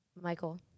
michael